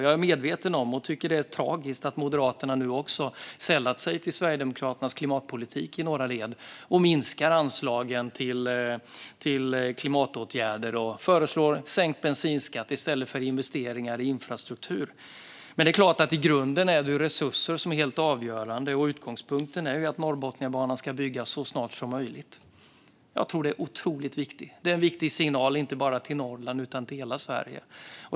Jag är medveten om, och jag tycker att det är tragiskt, att Moderaterna nu också har sällat sig till Sverigedemokraternas klimatpolitik i några led. Man minskar anslagen till klimatåtgärder och föreslår sänkt bensinskatt i stället för investeringar i infrastruktur. Men det är klart att det i grunden är resurser som är helt avgörande, och utgångspunkten är att Norrbotniabanan ska byggas så snart som möjligt. Jag tror att den är otroligt viktig. Det är en viktig signal inte bara till Norrland utan till hela Sverige.